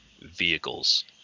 vehicles